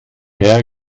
herr